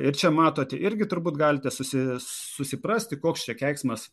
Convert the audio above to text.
ir čia matote irgi turbūt galite susi susiprasti koks čia keiksmas